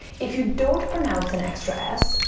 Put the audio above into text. if you don't pronounce an extra s,